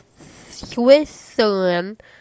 Switzerland